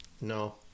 no